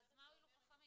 אז מה הועילו חכמים?